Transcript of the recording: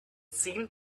seemed